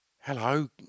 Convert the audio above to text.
Hello